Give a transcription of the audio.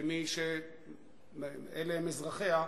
כמי שאלה הם אזרחיה,